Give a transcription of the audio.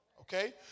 Okay